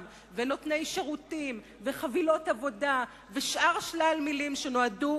ונותני שירותים וחבילות עבודה ושאר שלל מלים שנועדו